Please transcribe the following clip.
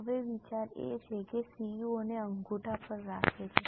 હવે વિચાર એ છે કે સીઇઓને અંગૂઠા પર રાખે છે